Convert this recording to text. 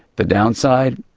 the downside?